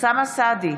אוסאמה סעדי,